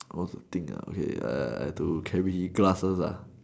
I want to think wait I have to carry glasses